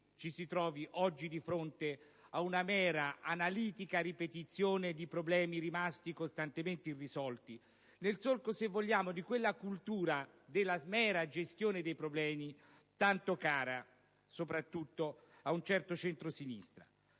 ci si trovi di fronte ad una mera analitica ripetizione di problemi rimasti costantemente irrisolti, nel solco di quella cultura della mera gestione dei problemi tanto cara soprattutto ad un certo centrosinistra,